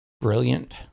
brilliant